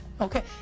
Okay